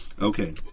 Okay